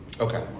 Okay